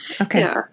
okay